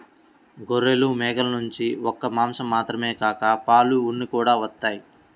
గొర్రెలు, మేకల నుంచి ఒక్క మాసం మాత్రమే కాక పాలు, ఉన్ని కూడా వత్తయ్